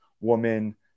woman